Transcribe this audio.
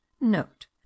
note